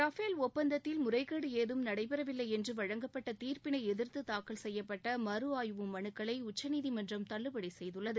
Rafale ஒப்பந்தத்தில் முறைகேடு ஏதும் நடைபெறவில்லை என்று வழங்கப்பட்ட தீர்ப்பினை எதிர்த்து தாக்கல் செய்யப்பட்ட மறு ஆய்வு மனுக்களை உச்சநீதிமன்றம் தள்ளுபடி செய்துள்ளது